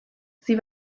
sie